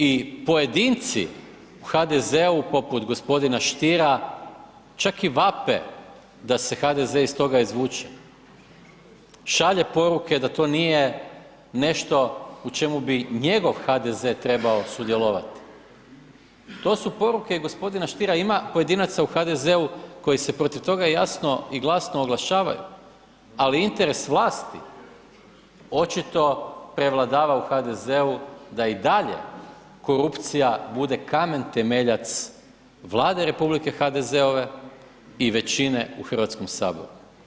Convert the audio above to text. I pojedinici u HDZ-u poput gospodina Stiera čak i vape da se HDZ iz toga izvuče šalje poruke da to nije nešto u čemu bi njegov HDZ trebao sudjelovati, to su poruke i gospodina Stiera, ima pojedinaca u HDZ-u koji se protiv toga jasno i glasno oglašavaju, ali interes vlasti očito prevladava u HDZ-u da i dalje korupcija bude kamen temeljac Vlade republike HDZ-ove i većine u Hrvatskom saboru.